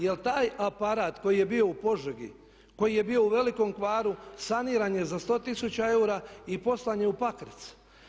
Jer taj aparat koji je bio u Požegi koji je bio u velikom kvaru saniran je za 100 tisuća eura i poslan je u Pakrac.